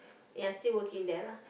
ya still working there lah